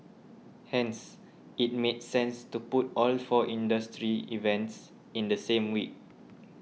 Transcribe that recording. hence it made sense to put all four industry events in the same week